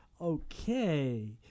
okay